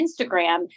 Instagram